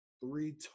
three